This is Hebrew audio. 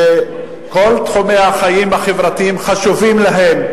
שכל תחומי החיים החברתיים חשובים להם,